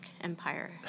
Empire